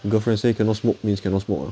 girlfriend say cannot smoke means cannot smoke